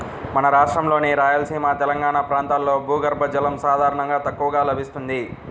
మన రాష్ట్రంలోని రాయలసీమ, తెలంగాణా ప్రాంతాల్లో భూగర్భ జలం సాధారణంగా తక్కువగా లభిస్తుంది